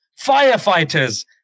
firefighters